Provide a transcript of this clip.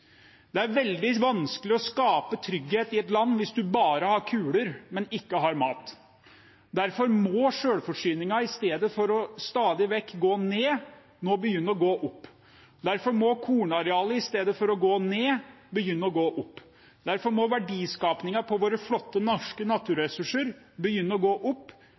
Det er veldig vanskelig å skape trygghet i et land hvis man bare har kuler, men ikke mat. Derfor må selvforsyningen, i stedet for stadig vekk å gå ned, nå begynne å gå opp. Derfor må kornarealet, i stedet for å gå ned, begynne å gå opp. Derfor må verdiskapingen på våre flotte norske naturressurser begynne å gå opp,